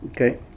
okay